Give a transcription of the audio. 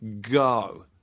go